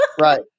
Right